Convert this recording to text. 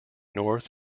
north